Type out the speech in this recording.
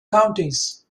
counties